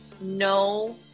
no